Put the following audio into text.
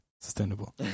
sustainable